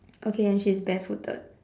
okay and she's barefooted